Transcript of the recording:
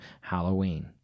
Halloween